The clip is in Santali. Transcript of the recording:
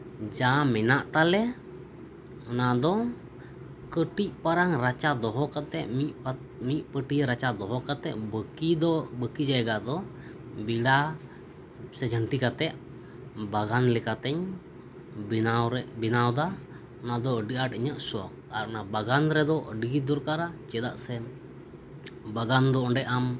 ᱡᱟ ᱢᱮᱱᱟᱜ ᱛᱟᱞᱮ ᱚᱱᱟ ᱫᱚ ᱠᱟᱹᱴᱤᱡ ᱯᱟᱨᱟᱝ ᱨᱟᱪᱟ ᱫᱚᱦᱚ ᱠᱟᱛᱮᱫ ᱢᱤᱫ ᱢᱤᱫ ᱯᱟᱹᱴᱭᱟᱹ ᱨᱟᱪᱟ ᱫᱚᱦᱚ ᱠᱟᱛᱮᱫ ᱵᱟᱹᱠᱤ ᱫᱚ ᱵᱟᱹᱠᱤ ᱡᱟᱭᱜᱟ ᱫᱚ ᱵᱮᱲᱟ ᱥᱮ ᱡᱷᱟᱹᱱᱴᱤ ᱠᱟᱛᱮᱫ ᱵᱟᱜᱟᱱ ᱞᱮᱠᱟᱛᱮᱧ ᱵᱮᱱᱟᱣ ᱨᱮ ᱵᱮᱱᱟᱣ ᱮᱫᱟ ᱚᱱᱟ ᱫᱚ ᱟᱹᱰᱤ ᱟᱸᱴ ᱤᱧᱟᱹᱜ ᱥᱚᱠᱷ ᱟᱨ ᱚᱱᱟ ᱵᱟᱜᱟᱱ ᱨᱮᱫᱚ ᱟᱹᱰᱤᱜᱮ ᱫᱚᱨᱠᱟᱨᱟ ᱪᱮᱫᱟᱜ ᱥᱮ ᱵᱟᱜᱟᱱ ᱫᱚ ᱚᱸᱰᱮ ᱟᱢ